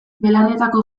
belarrietako